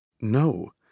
No